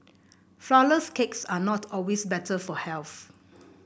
flourless cakes are not always better for health